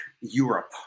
Europe